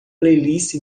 playlist